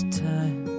time